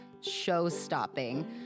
show-stopping